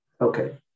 Okay